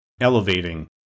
elevating